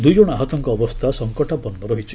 ଦୁଇ ଜଣ ଆହତଙ୍କ ଅବସ୍ଥା ସଙ୍କଟାପନ୍ନ ରହିଛି